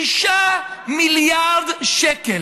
6 מיליארד שקל.